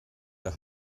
der